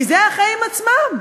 כי זה החיים עצמם,